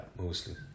mostly